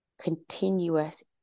continuous